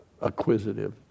acquisitive